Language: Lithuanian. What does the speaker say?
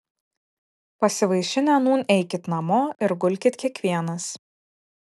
pasivaišinę nūn eikit namo ir gulkit kiekvienas